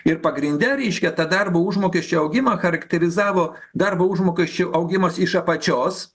ir pagrinde reiškia darbo užmokesčio augimą charakterizavo darbo užmokesčio augimas iš apačios